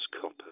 copper